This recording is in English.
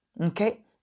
Okay